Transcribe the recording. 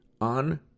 on